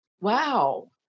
Wow